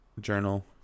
journal